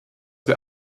wir